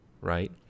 Right